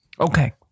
Okay